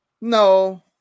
No